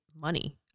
money